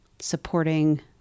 supporting